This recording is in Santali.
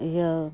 ᱤᱭᱟᱹ